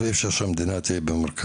ואי אפשר שהמדינה תהיה במרכז.